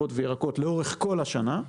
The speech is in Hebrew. כל השנה,